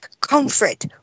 comfort